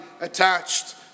attached